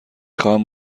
خواهم